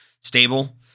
Stable